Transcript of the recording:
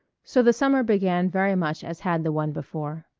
so the summer began very much as had the one before.